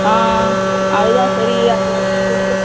ஆ அது தான் சரி அது கேட்டு